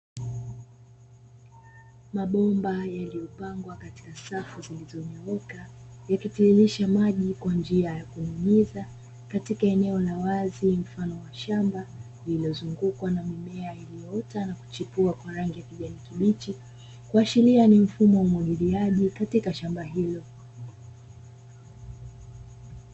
Mabomba yaliyopangwa katika safu zilizonyooka yakitiririsha maji kwa njia ya kunyunyiza, katika eneo la wazi mfano wa shamba; lililozungukwa na mimea iliyoota na kuchipua kwa rangi ya kijani kibichi, kuashiria ni mfumo wa umwagiliaji katika shamba hilo.